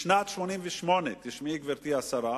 משנת 1988, תשמעי, גברתי השרה,